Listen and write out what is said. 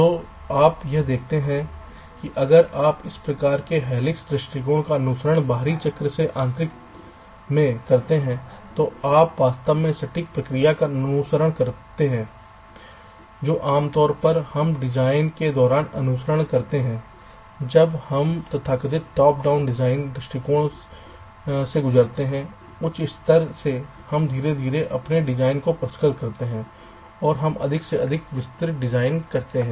तो आप यह देखते हैं कि अगर आप इस प्रकार के हेलिक्स दृष्टिकोण का अनुसरण बाहरी चक्र से आंतरिक में करते हैं तो आप वास्तव में सटीक प्रक्रिया का अनुसरण कर रहे हैं जो आमतौर पर हम डिजाइन के दौरान अनुसरण करते हैं जब हम तथाकथित टॉप डाउन डिजाइन दृष्टिकोण से गुजरते हैं उच्च स्तर से हम धीरे धीरे अपने डिजाइन को परिष्कृत करते हैं और हम अधिक से अधिक विस्तृत डिजाइन करते हैं